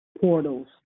portals